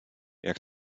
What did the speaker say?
jak